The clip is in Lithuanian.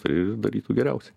tai darytų geriausiai